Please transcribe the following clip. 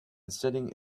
sitting